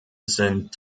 sind